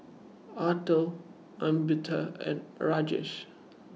Atal Amitabh and Rajesh